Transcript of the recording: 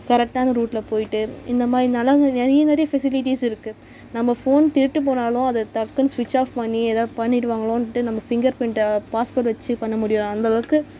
கரெக்டான ரூட்டில் போய்ட்டு இந்த மாதிரினால அந்த நிறைய நிறைய ஃபெசிலிட்டிஸ் இருக்குது நம்ம ஃபோன் திருட்டு போனாலும் அதை டக்குன்னு ஸ்விட்ச் ஆஃப் பண்ணி ஏதாவது பண்ணிடுவாங்களோன்ட்டு நம்ம ஃபிங்கர் ப்ரிண்ட்டை பாஸ்வோர்ட் வெச்சி பண்ண முடியும் அந்த அளவுக்கு